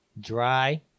Dry